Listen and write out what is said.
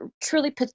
truly